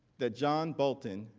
that john bolton